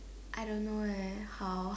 I don't know leh how